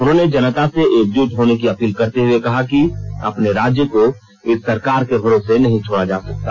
उन्होंने जनता से एकजूट होने की अपील करते हुए कहा कि अपने राज्य को इस सरकार के भरोसे नहीं छोड़ा जा सकता